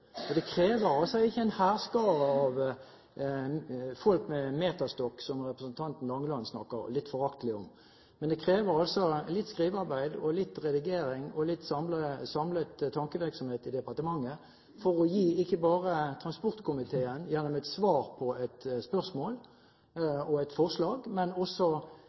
det. Vi krever altså ikke en hærskare av folk med meterstokk, som representanten Langeland snakker litt foraktelig om. Men det krever altså litt skrivearbeid, litt redigering og samlet tankevirksomhet i departementet for å gi ikke bare transportkomiteen gjennom et svar på et spørsmål og et forslag, men også